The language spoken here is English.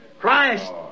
Christ